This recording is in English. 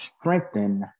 strengthen